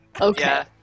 Okay